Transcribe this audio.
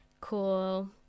cool